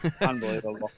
Unbelievable